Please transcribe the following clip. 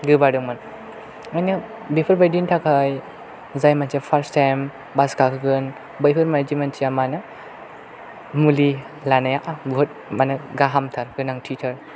गोबादोंमोन बेनिखायनो बेफोरबायदिनि थाखाय जाय मानसिया फार्स्ट टाइम बास गाखोगोन बैफोरबायदि मानसिया मा होनो मुलि लानाया बहुद माने गाहामथार गोनांथिथार